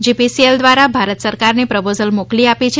GPCL દ્વારા ભારત સરકારને proposal મોકલી આપી છે